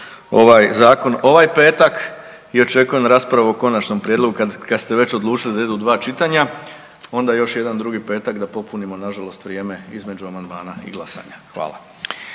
ovaj petak i očekujem raspravu o konačnom prijedlogu kad ste već odlučili da idu dva čitanja onda još jedan drugi petak da popunimo nažalost vrijeme između amandmana i glasanja. Hvala.